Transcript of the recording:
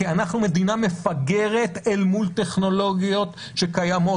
כי אנחנו מדינה מפגרת אל מול טכנולוגיות שקיימות